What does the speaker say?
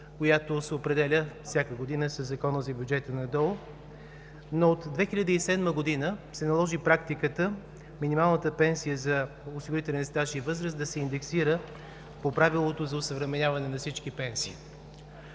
година се определя със Закона за бюджета на ДОО, но от 2007 г. се наложи практиката минималната пенсия за осигурителен стаж и възраст да се индексира по правилото за осъвременяване на всички пенсии.